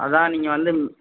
அதான் நீங்கள் வந்து